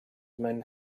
men